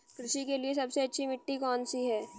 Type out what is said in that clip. कृषि के लिए सबसे अच्छी मिट्टी कौन सी है?